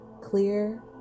clear